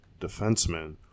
defenseman